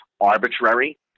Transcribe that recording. arbitrary